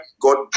God